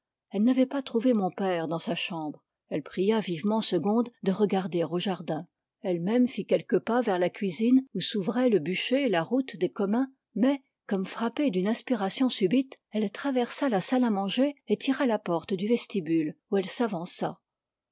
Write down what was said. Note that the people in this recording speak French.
elle n'avait pas trouvé mon père dans sa chambre elle pria vivement segonde de regarder au jardin elle-même fit quelques pas vers la cuisine où s'ouvraient le bûcher et la route des communs mais comme frappée d'une inspiration subite elle traversa la salle à manger et tira la porte du vestibule où elle s'avança